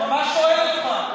ממש שואל אותך.